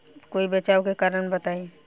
कोई बचाव के कारण बताई?